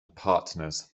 partners